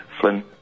Flynn